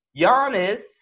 Giannis